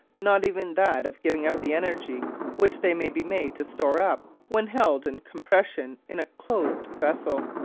not even that of giving up the energy which they may be made to store up when held in compression in a closed vessel.